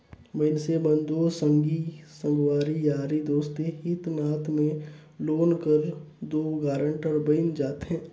मइनसे मन दो संगी संगवारी यारी दोस्ती हित नात में लोन कर दो गारंटर बइन जाथे